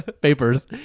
Papers